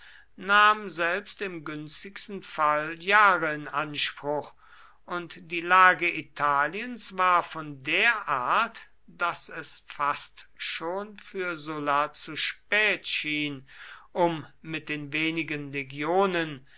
nahm selbst im günstigsten fall jahre in anspruch und die lage italiens war von der art daß es fast schon für sulla zu spät schien um mit den wenigen legionen